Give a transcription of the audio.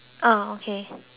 how come got